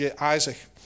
Isaac